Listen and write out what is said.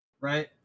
right